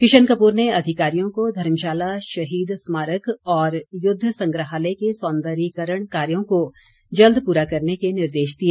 किशन कपूर ने अधिकारियों को धर्मशाला शहीद स्मारक और युद्ध संग्रहालय के सौंदर्यीकरण कार्यों को जल्द पूरा करने के निर्देश दिए